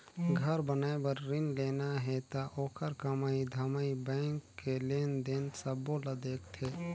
घर बनाए बर रिन लेना हे त ओखर कमई धमई बैंक के लेन देन सबो ल देखथें